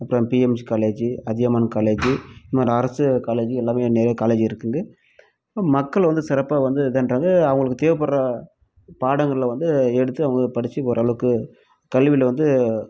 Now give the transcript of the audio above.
அப்புறம் PMG college Athiyaman college இன்னொரு அரசு காலேஜி எல்லாமே நிறைய காலேஜி இருக்குங்க மக்கள் வந்து சிறப்பாக வந்து இது பண்ணுறாங்க அவங்களுக்கு தேவைப்படுற பாடங்களை வந்து எடுத்து அவங்களே படித்து ஓரளவுக்கு கல்வியில் வந்து